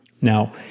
Now